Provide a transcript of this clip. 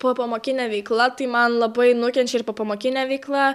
popamokine veikla tai man labai nukenčia ir popamokinė veikla